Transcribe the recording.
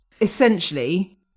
essentially